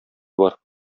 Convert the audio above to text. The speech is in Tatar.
бар